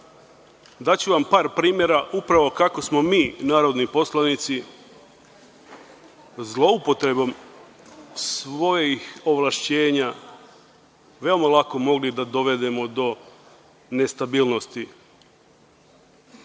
daću vam par primera upravo kako smo mi, narodni poslanici, zloupotrebom svojih ovlašćenja veoma lako mogli da dovedemo do nestabilnosti